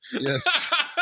yes